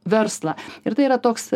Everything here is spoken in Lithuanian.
verslą ir tai yra toks